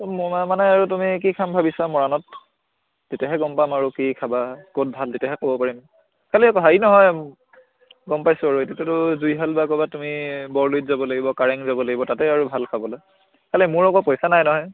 মই মানে আৰু তুমি কি খাম ভাবিছা মৰাণত তেতিয়াহে গম পাম আৰু কি খাবা ক'ত ভাল তেতিয়াহে ক'ব পাৰিম খালি হেৰি নহয় গম পাইছোঁ আৰু এইটোতো জুইহাল বা ক'ৰবাত তুমি বৰ লুইত যাব লাগিব কাৰেং যাব লাগিব তাতে আৰু ভাল খাবলৈ খালি মোৰ আকৌ পইচা নাই নহয়